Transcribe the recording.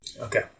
Okay